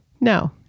no